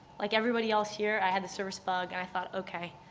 like everybody else here, i had the service bug, and i thought, okay,